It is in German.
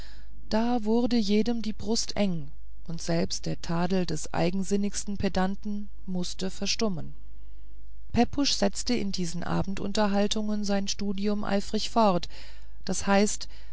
da wurde jedem die brust enge und selbst der tadel des eigensinnigsten pedanten mußte verstummen pepusch setzte in diesen abendunterhaltungen sein studium eifrig fort das heißt